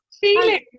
feeling